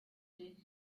dich